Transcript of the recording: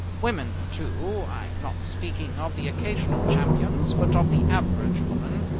women, too i am not speaking of the occasional champions, but of the average woman,